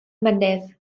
mynydd